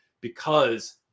because-